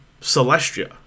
Celestia